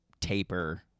taper